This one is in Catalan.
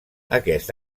aquest